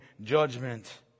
judgment